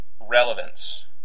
relevance